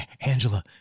Angela